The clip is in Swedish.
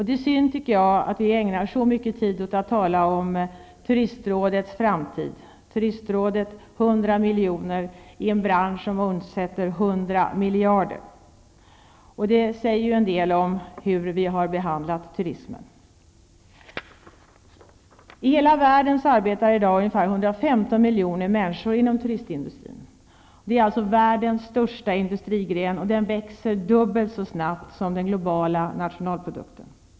Det är synd, tycker jag, att vi ägnar så mycket tid åt att tala om Turistrådets framtid -- Turistrådets 100 miljoner i en bransch som omsätter 100 miljarder. Det säger en del om hur vi har behandlat turismen. I hela världen arbetar i dag ungefär 115 miljoner människor inom turistindustrin. Det är alltså världens största industrigren, och den växer dubbelt så fort som den globala nationalprodukten.